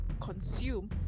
consume